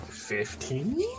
Fifteen